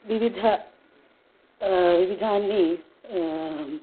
विविध विविधानि